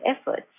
efforts